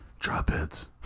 dropheads